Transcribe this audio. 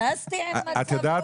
את יכולה לבקש